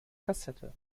kassette